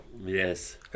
Yes